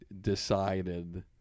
decided